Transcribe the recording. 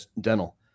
dental